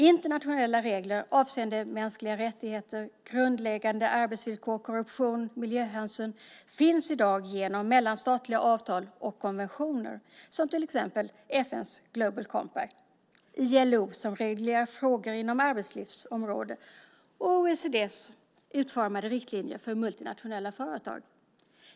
Internationella regler avseende mänskliga rättigheter, grundläggande arbetsvillkor, korruption och miljöhänsyn finns i dag genom mellanstatliga avtal och konventioner, till exempel FN:s Global Compact, ILO som reglerar frågor inom arbetslivsområdet och OECD:s utformade riktlinjer för multinationella företag.